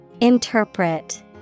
Interpret